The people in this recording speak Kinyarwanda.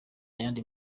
yandi